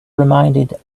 reminded